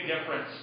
difference